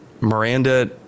Miranda